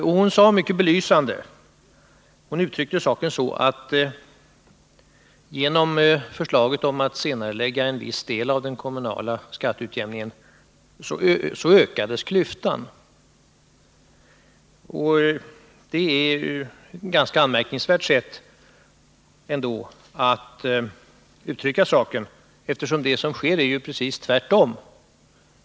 Hon uttryckte mycket belysande saken så att genom förslaget om att senarelägga en viss del av den kommunala skatteutjämningen skulle klyftan komma att ökas. Det är ändå ett ganska anmärkningsvärt sätt att uttrycka saken, eftersom det som sker går i rakt motsatt riktning.